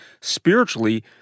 spiritually